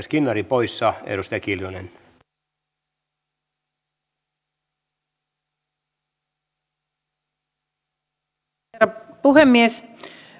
ne ihmiset eivät tule valittamaan tästä